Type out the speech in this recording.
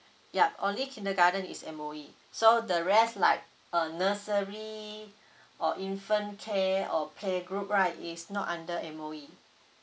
yup only kindergarten is M_O_E so the rest like a nursery or infant care or playgroup right is not under M_O_E